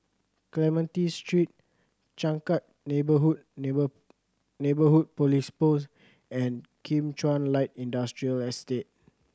Clementi Street Changkat Neighbourhood Neighbourhood Police Post and Kim Chuan Light Industrial Estate